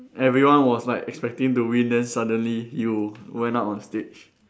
everyone was like expecting to win then suddenly you went up on stage